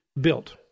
built